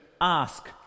ask